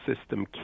system